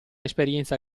esperienza